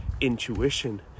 intuition